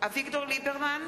אביגדור ליברמן,